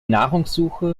nahrungssuche